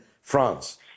France